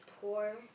pour